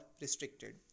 restricted